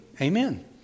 Amen